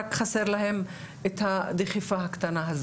רק חסר להם את הדחיפה הקטנה הזאת.